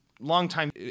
Long-time